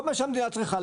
כל מה שהמדינה צריכה,